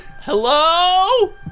Hello